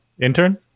intern